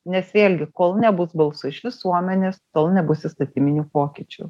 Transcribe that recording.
nes vėlgi kol nebus balso iš visuomenės tol nebus įstatyminių pokyčių